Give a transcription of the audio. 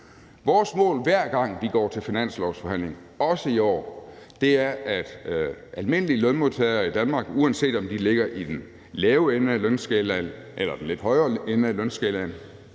Vores mål, hver gang vi går til finanslovsforhandlinger, også i år, er, at almindelige lønmodtagere i Danmark, uanset om de ligger i den lave ende af lønskalaen eller i den lidt højere ende af lønskalaen,